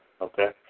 Okay